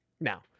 Now